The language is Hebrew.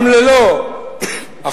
גם ללא החלת